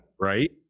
Right